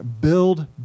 Build